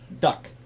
Duck